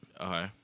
okay